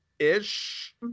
ish